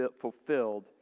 fulfilled